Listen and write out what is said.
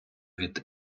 від